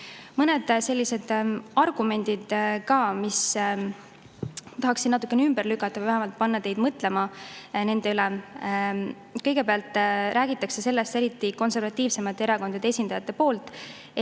Mõned sellised argumendid ka, mida ma tahaksin natukene ümber lükata või vähemalt panna teid mõtlema nende üle. Kõigepealt, räägitakse sellest – eriti [teevad seda] konservatiivsemate erakondade esindajad –,